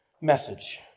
message